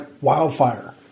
wildfire